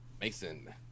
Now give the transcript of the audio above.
Mason